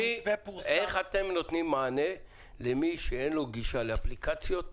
איך אתם נותנים מענה למי שאין לו גישה לאפליקציות?